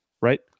right